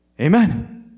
Amen